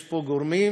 יש פה גורמים